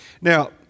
Now